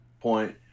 point